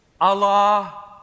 Allah